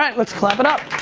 um let's clap it up.